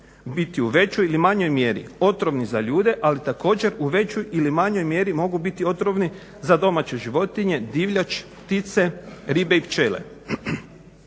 biti u većoj ili manjoj mjeri otrovni za ljude, ali također u većoj ili manjoj mjeri mogu biti otrovni za domaće životinje, divljač, ptice, ribe i pčele.